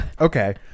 Okay